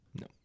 No